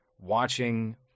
watching